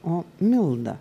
o milda